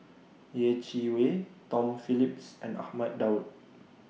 Yeh Chi Wei Tom Phillips and Ahmad Daud